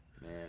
Man